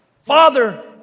Father